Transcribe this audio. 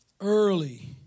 Early